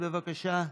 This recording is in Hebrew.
בדיון, בבקשה.